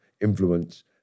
influence